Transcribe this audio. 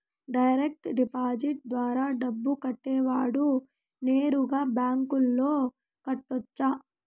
direct deposit ద్వారా డబ్బు కట్టేవాడు నేరుగా బ్యాంకులో కట్టొచ్చు